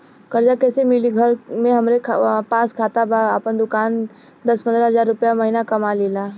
कर्जा कैसे मिली घर में हमरे पास खाता बा आपन दुकानसे दस पंद्रह हज़ार रुपया महीना कमा लीला?